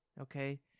Okay